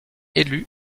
élu